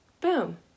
boom